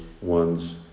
one's